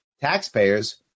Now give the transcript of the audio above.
Taxpayers